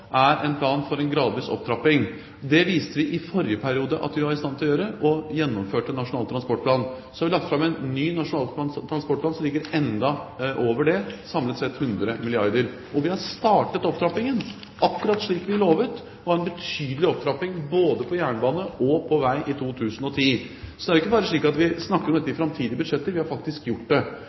er en plan for en gradvis opptrapping. Det viste vi i forrige periode at vi var i stand til å gjøre, og vi gjennomførte Nasjonal transportplan. Så har vi lagt fram en ny nasjonal transportplan som ligger enda over det, samlet sett 100 milliarder kr. Vi har startet opptrappingen – akkurat slik som vi lovet. Det er en betydelig opptrapping både på jernbane og på vei i 2010. Så det er ikke bare slik at vi snakker om dette i framtidige budsjetter. Vi har faktisk gjort det.